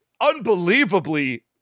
unbelievably